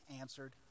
answered